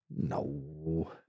No